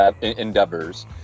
endeavors